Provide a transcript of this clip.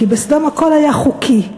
כי בסדום הכול היה חוקי.